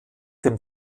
dem